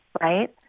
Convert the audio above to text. Right